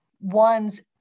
one's